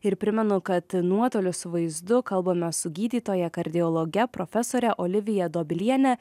ir primenu kad nuotoliu su vaizdu kalbame su gydytoja kardiologe profesore olivija dobiliene